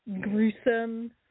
gruesome